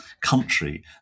country